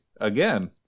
again